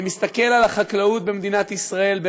אני מסתכל על החקלאות במדינת ישראל,